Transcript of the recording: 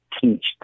teach